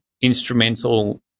instrumental